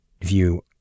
view